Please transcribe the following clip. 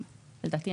לדעתי,